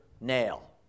nail